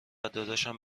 داداشم